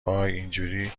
وای، اینجوری